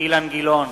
אילן גילאון,